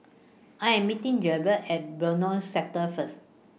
I Am meeting Jabari At Benoi Sector First